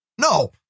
No